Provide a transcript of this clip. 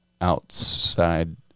outside